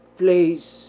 place